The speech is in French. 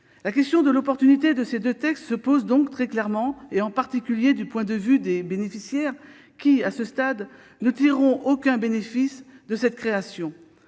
La question de l'opportunité de ces deux textes se pose donc très clairement, en particulier du point de vue des bénéficiaires, lesquels, à ce stade, ne tireront aucun bénéfice de cette nouvelle